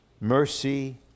mercy